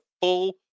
full